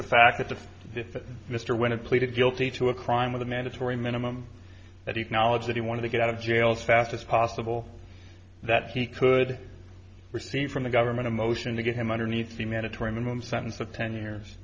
the fact that the mr when it pleaded guilty to a crime with a mandatory minimum that he acknowledged that he wanted to get out of jail fast as possible that he could receive from the government a motion to give him underneath the mandatory minimum sentence of ten years